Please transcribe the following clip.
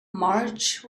march